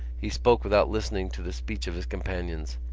he spoke without listening to the speech of his companions.